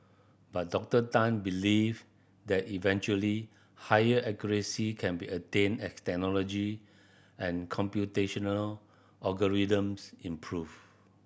but Doctor Tan believe that eventually higher accuracy can be attained as technology and computational algorithms improve